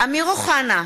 אמיר אוחנה,